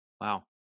Wow